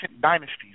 dynasties